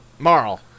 Marl